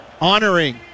honoring